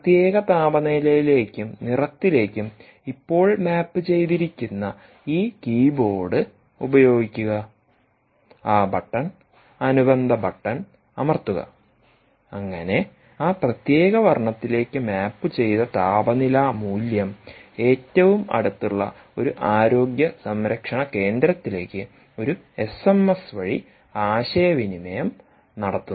പ്രത്യേക താപനിലയിലേക്കും നിറത്തിലേക്കും ഇപ്പോൾ മാപ്പുചെയ്തിരിക്കുന്ന ഈ കീബോർഡ് ഉപയോഗിക്കുക ആ ബട്ടൺ അനുബന്ധ ബട്ടൺ അമർത്തുക അങ്ങനെ ആ പ്രത്യേക വർണ്ണത്തിലേക്ക് മാപ്പുചെയ്ത താപനില മൂല്യംഏറ്റവും അടുത്തുള്ള ഒരു ആരോഗ്യ സംരക്ഷണ കേന്ദ്രത്തിലേക്ക് ഒരു എസ് എം എസ് വഴി ആശയവിനിമയം നടത്തുന്നു